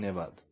धन्यवाद